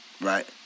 right